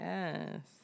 Yes